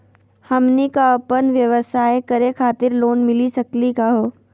हमनी क अपन व्यवसाय करै खातिर लोन मिली सकली का हो?